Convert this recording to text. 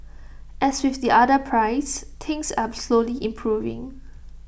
as with the other pries things are slowly improving